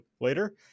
later